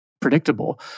predictable